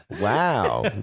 wow